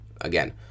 Again